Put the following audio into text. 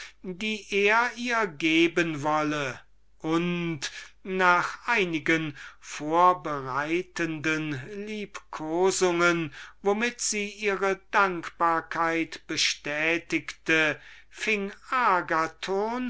welche er ihr geben wolle und nach einigen vorbereitenden liebkosungen womit sie ihre dankbarkeit bestätigte